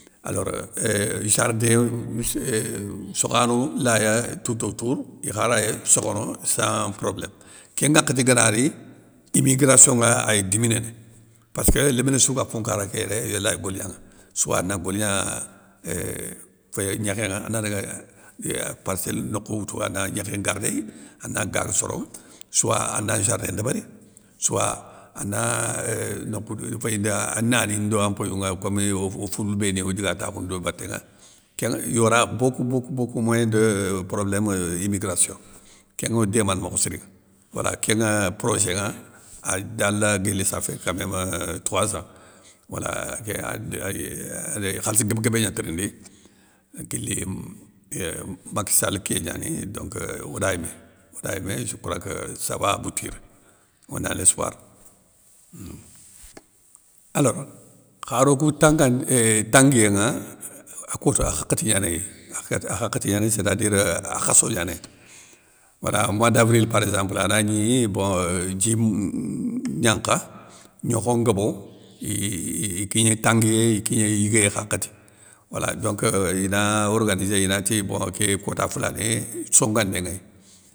Alors éeeuh, i zardé sokhano laya toutotour ikha ray sokhono, sans probléme, kén nŋwakhati gana ri, imigration ŋa ay diminéné, passkeu léminé sou ga fonkara ké yéré, yé lay golignanŋa, souwa a na goligna éuuh féyé gnékhénŋa anadaga parcelle nokhou woutou ana gnékhé ngardéy, ana gaga soronŋa, souwa anda jardin ndébéri, souwa ana eeuuh nokhou féyindi a nani nda ndo an mpoyounŋa komi ofoulou béni odi ga takhounou do baténŋa, kén il yaura beaucoup beaucoup moyen de problém immigration, kénŋo démana mokho sirinŋa, wala kénŋa progénŋa, ada la guili safé ka même euuh trois zan, wala kénŋa de ay ade khalssi guéb guébé gna tirindi, guili éémé macky sall kiyé gnani donc euuh o day mé, o day mé jé crois que sa va aboutir, ona lésspoirhuuumm. Alors kharou kou tangande, tanguiyé ŋa, a kota hakhati gnanéy, a hakhati gnanéy sé ta dire euuh a khasso gnanéy wala, moi davril par exemple ana gni bon djim gnankha, gnokho ngobo ii kigné tanguiyé, ikigné i yigué hakhati, wala donc ina organisé inati bon ké kita kota foulané, songandé nŋéy.